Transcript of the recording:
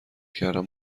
کردم